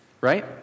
right